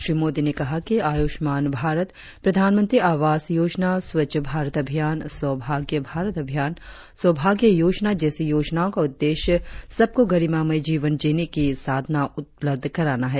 श्री मोदी ने कहा कि आयुष्मान भारत प्रधानमंत्री आवास योजना स्वच्छ भारत अभियान सौभाग्य भारत अभियान सौभाग्य योजना जैसी योजनाओ का उद्देश्य सबको गरिमामय जीवन जीने के साधन उपलब्ध कराना है